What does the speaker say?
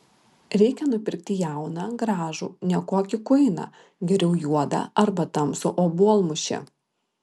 reikia nupirkti jauną gražų ne kokį kuiną geriau juodą arba tamsų obuolmušį